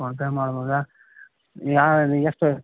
PhonePe ಮಾಡ್ಬೌದಾ ಯಾವ ಎಷ್ಟು